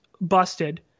busted